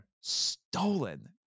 Stolen